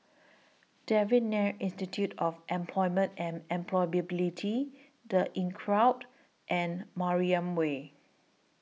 Devan Nair Institute of Employment and Employability The Inncrowd and Mariam Way